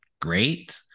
great